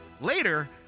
Later